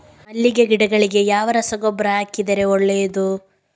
ಮಲ್ಲಿಗೆ ಗಿಡಗಳಿಗೆ ಯಾವ ರಸಗೊಬ್ಬರ ಹಾಕಿದರೆ ಒಳ್ಳೆಯದು?